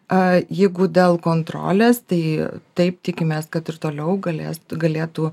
a jeigu dėl kontrolės tai taip tikimės kad ir toliau galės galėtų